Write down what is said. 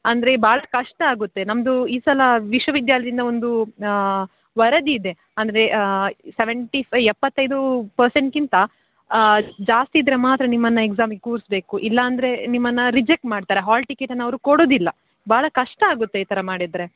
ಅಂದರೆ ಭಾಳ ಕಷ್ಟ ಆಗುತ್ತೆ ನಮ್ಮದು ಈ ಸಲ ವಿಶ್ವವಿದ್ಯಾಲಯ್ದಿಂದ ಒಂದು ವರದಿ ಇದೆ ಅಂದರೆ ಸವೆಂಟಿ ಫೈ ಎಪ್ಪತ್ತೈದು ಪರ್ಸೆಂಟ್ಗಿಂತ ಜಾಸ್ತಿ ಇದ್ದರೆ ಮಾತ್ರ ನಿಮ್ಮನ್ನು ಎಕ್ಸಾಮಿಗೆ ಕೂರಿಸ್ಬೇಕು ಇಲ್ಲ ಅಂದರೆ ನಿಮ್ಮನ್ನು ರಿಜೆಕ್ಟ್ ಮಾಡ್ತಾರೆ ಹಾಲ್ ಟಿಕೆಟನ್ನು ಅವರು ಕೊಡೋದಿಲ್ಲ ಭಾಳ ಕಷ್ಟ ಆಗುತ್ತೆ ಈ ಥರ ಮಾಡಿದರೆ